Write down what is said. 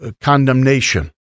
condemnation